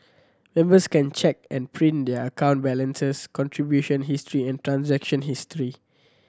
members can check and print their account balances contribution history and transaction history